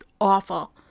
awful